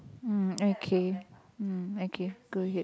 mm okay mm okay go ahead